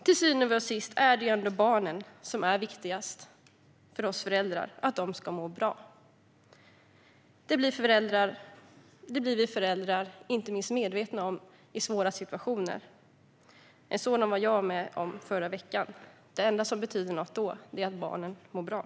Till syvende och sist är det ändå barnen som är viktigast för oss föräldrar och att barnen ska må bra. Det blir vi föräldrar medvetna om inte minst i svåra situationer. En sådan situation var jag med om förra veckan. Det enda som betydde något då var att barnen mår bra.